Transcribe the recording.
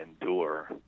endure